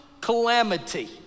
calamity